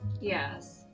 Yes